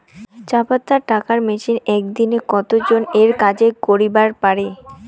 চা পাতা কাটার মেশিন এক দিনে কতজন এর কাজ করিবার পারে?